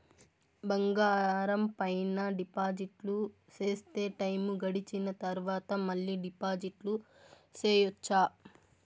బంగారం పైన డిపాజిట్లు సేస్తే, టైము గడిసిన తరవాత, మళ్ళీ డిపాజిట్లు సెయొచ్చా?